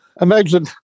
Imagine